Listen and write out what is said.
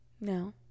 No